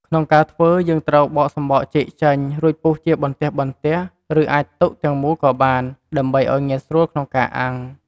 ក្នុងការធ្វើ យើងត្រូវបកសំបកចេកចេញ រួចពុះជាបន្ទះៗ ឬអាចទុកទាំងមូលក៏បាន ដើម្បីឱ្យងាយស្រួលក្នុងការអាំង។